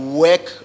work